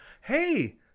Hey